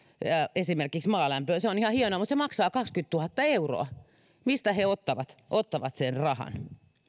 esimerkiksi maalämpöön se on ihan hienoa mutta se maksaa kaksikymmentätuhatta euroa mistä he ottavat ottavat sen rahan